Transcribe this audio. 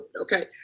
okay